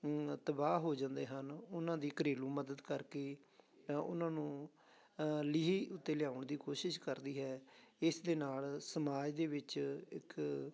ਤਬਾਹ ਹੋ ਜਾਂਦੇ ਹਨ ਉਹਨਾਂ ਦੀ ਘਰੇਲੂ ਮਦਦ ਕਰਕੇ ਉਹਨਾਂ ਨੂੰ ਲੀਹ ਉੱਤੇ ਲਿਆਉਣ ਦੀ ਕੋਸ਼ਿਸ਼ ਕਰਦੀ ਹੈ ਇਸ ਦੇ ਨਾਲ ਸਮਾਜ ਦੇ ਵਿੱਚ ਇੱਕ